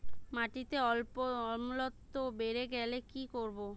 মাটিতে অম্লত্ব বেড়েগেলে কি করব?